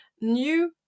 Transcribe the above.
new